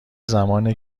زمان